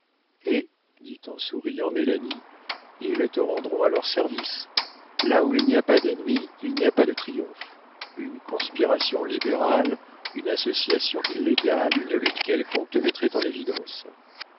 hé dit en souriant mélanie ils te rendront alors service là où il n'y a pas d'ennemis il n'y a pas de triomphes une conspiration libérale une association illégale une lutte quelconque te mettraient en évidence